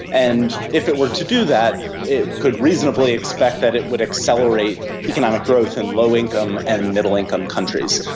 and if it were to do that it could reasonably expect that it would accelerate economic growth and low income and middle income countries.